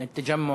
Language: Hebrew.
אדוני,